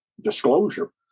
Disclosure